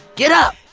get up.